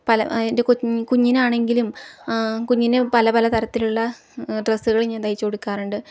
പല എൻ്റെ കുഞ്ഞിനാണെങ്കിലും കുഞ്ഞിനെ പല പല തരത്തിലുള്ള ഡ്രസ്സുകൾ ഞാൻ തയ്ച്ച് കൊടുക്കാറുണ്ട്